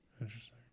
Interesting